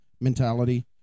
mentality